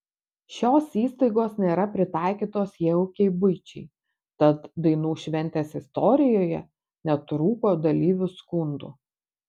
šios įstaigos nėra pritaikytos jaukiai buičiai tad dainų šventės istorijoje netrūko dalyvių skundų